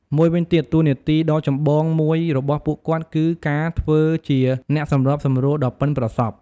មួយវិញទៀត តួនាទីដ៏ចំបងមួយរបស់ពួកគាត់ គឺការធ្វើជា អ្នកសម្របសម្រួល ដ៏ប៉ិនប្រសប់។